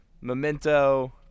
Memento